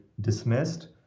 dismissed